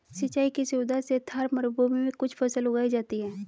सिंचाई की सुविधा से थार मरूभूमि में भी कुछ फसल उगाई जाती हैं